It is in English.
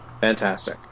Fantastic